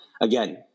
Again